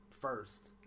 first